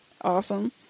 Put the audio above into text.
Awesome